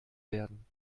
werden